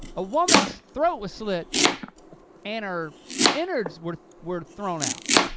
a woman's throat was slit and her innards were were thrown out.